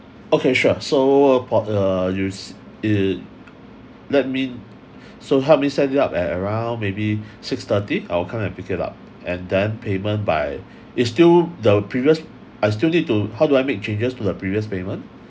okay sure so upon uh let me so help me set it up at around maybe six-thirty I will come and pick it up and then payment by is still the previous I still need to how do I make changes to the previous payment